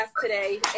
today